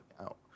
out